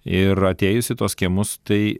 ir atėjus į tuos kiemus tai